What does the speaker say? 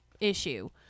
issue